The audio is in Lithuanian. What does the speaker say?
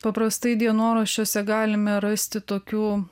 paprastai dienoraščiuose galime rasti tokių